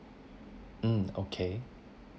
um okay